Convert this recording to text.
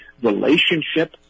Relationship